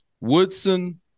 woodson